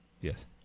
Yes